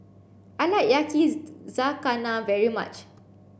I like Yakizakana very much